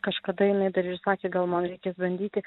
kažkada jinai dar ir sakė gal man reikia bandyti